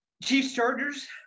Chiefs-Chargers